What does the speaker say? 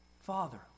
Father